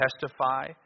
testify